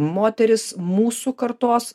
moterys mūsų kartos